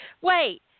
Wait